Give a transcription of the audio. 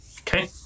Okay